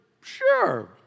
Sure